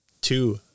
Two